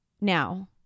Now